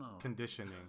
conditioning